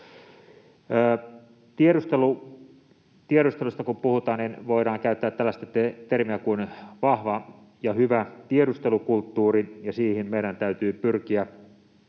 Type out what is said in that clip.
tiedustelusta puhutaan, niin voidaan käyttää tällaista termiä kuin ”vahva ja hyvä tiedustelukulttuuri”, ja siihen meidän täytyy pyrkiä.